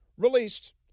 Released